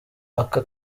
aka